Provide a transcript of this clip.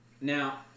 Now